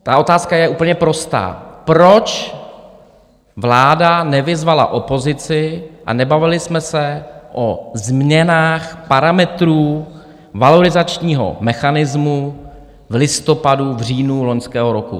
Ta otázka je úplně prostá: Proč vláda nevyzvala opozici a nebavili jsme se o změnách parametrů valorizačního mechanismu v listopadu, v říjnu loňského roku?